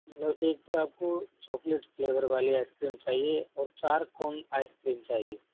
मतलब एक तो आपको चॉकलेट फ्लेवर वाली आइस क्रीम चाहिए और चार कौन आइस क्रीम चाहिए